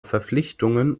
verpflichtungen